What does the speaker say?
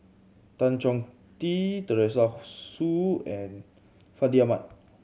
Tan Chong Tee Teresa Hsu and Fandi Ahmad